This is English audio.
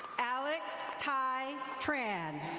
alex thai tran.